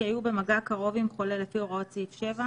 היו במגע קרוב עם חולה לפי הוראות סעיף 7,